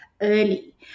Early